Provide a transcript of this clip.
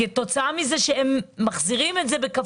כתוצאה מזה שהם מחזירים את זה באופן